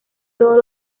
todos